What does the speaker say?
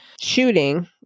shooting